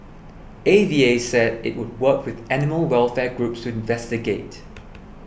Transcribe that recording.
A V A said it would work with animal welfare groups to investigate